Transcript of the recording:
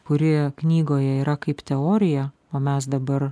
kuri knygoje yra kaip teorija o mes dabar